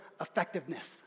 effectiveness